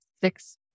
six